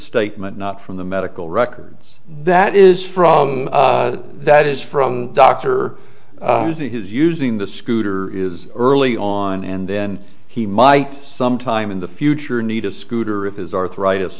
statement not from the medical records that is from that is from dr that he's using the scooter is early on and then he might some time in the future need a scooter of his arthritis